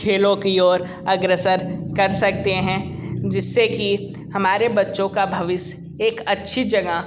खेलों की ओर अग्रसर कर सकते हैं जिस से कि हमारे बच्चों का भविष्य एक अच्छी जगह